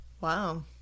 Wow